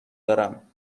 دارم